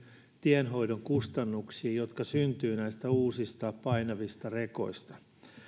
tienhoidon kustannuksiin jotka syntyvät näistä uusista painavista rekoista